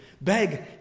Beg